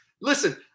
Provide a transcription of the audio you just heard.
listen –